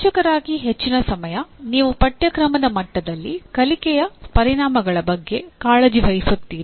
ಶಿಕ್ಷಕರಾಗಿ ಹೆಚ್ಚಿನ ಸಮಯ ನೀವು ಪಠ್ಯಕ್ರಮದ ಮಟ್ಟದಲ್ಲಿ ಕಲಿಕೆಯ ಪರಿಣಾಮಗಳ ಬಗ್ಗೆ ಕಾಳಜಿ ವಹಿಸುತ್ತೀರಿ